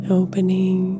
opening